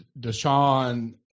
Deshaun-